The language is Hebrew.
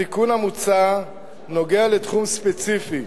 התיקון המוצע נוגע בתחום ספציפי,